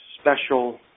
special